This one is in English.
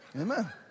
Amen